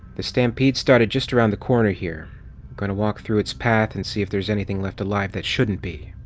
the stampede started just around the corner here we're going to walk through its path and see if there's anything left alive that shouldn't be.